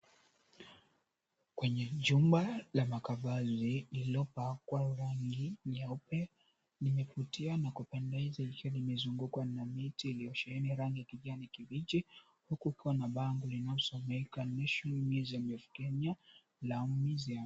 Kwenye jumba la makavazi lililopakwa rangi nyeupe limepitia na imezungukwa na miti iliyosheheni rangi ya kijani kibichi na huku kukiwa na bango linalosomeka, National Museum of Kenya, Lamu.